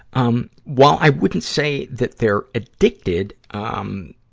um while i wouldn't say that their addicted, um,